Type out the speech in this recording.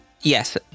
Yes